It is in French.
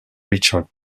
richard